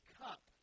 cup